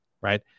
right